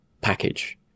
package